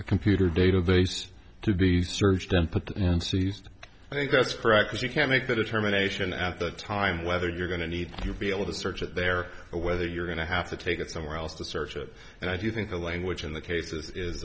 a computer database to be searched and put and seized i think that's correct because you can make the determination at the time whether you're going to need to be able to search it there or whether you're going to have to take it somewhere else to search it and i do think the language in the cases is